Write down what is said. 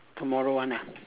tomorrow one ah